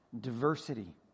diversity